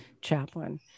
chaplain